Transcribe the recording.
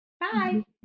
Bye